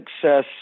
success